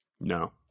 No